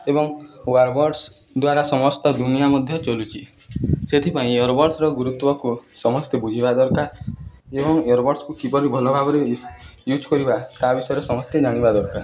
ଏବଂ ଇୟରବଡ଼୍ସ ଦ୍ୱାରା ସମସ୍ତ ଦୁନିଆ ମଧ୍ୟ ଚଲୁଛି ସେଥିପାଇଁ ଇୟରବଡ଼୍ସର ଗୁରୁତ୍ୱକୁ ସମସ୍ତେ ବୁଝିବା ଦରକାର ଏବଂ ଇୟରବଡ଼୍ସକୁ କିପରି ଭଲ ଭାବରେ ୟୁଜ୍ କରିବା ତା ବିଷୟରେ ସମସ୍ତେ ଜାନିବା ଦରକାର